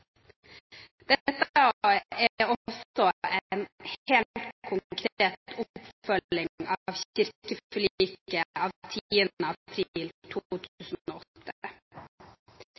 ivaretas. Dette er også en helt konkret oppfølging av kirkeforliket av 10. april 2008.